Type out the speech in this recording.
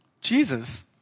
Jesus